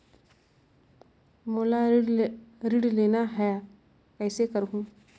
मोला ऋण लेना ह, कइसे करहुँ?